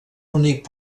únic